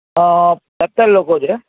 સત્તર લોકો છે